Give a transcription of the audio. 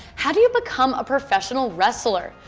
how do you become a professional wrestler?